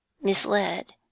misled